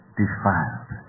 defiled